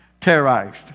terrorized